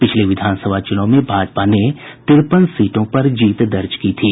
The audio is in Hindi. पिछले विधानसभा चुनाव में भाजपा ने तिरपन सीटों पर जीत दर्ज की थी